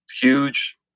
huge